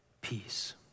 Peace